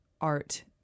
art